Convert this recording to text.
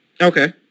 Okay